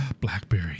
blackberry